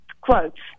quotes